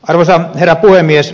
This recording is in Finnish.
arvoisa herra puhemies